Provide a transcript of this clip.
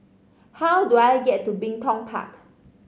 how do I get to Bin Tong Park